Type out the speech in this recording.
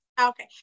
Okay